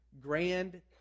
grand